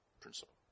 Principle